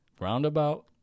roundabout